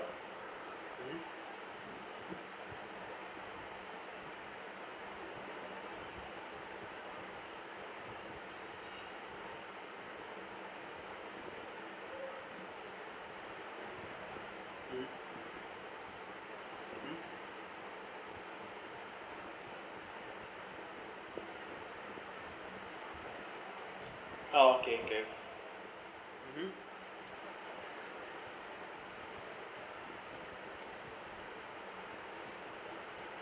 ah okay okay